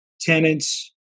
tenants